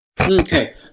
okay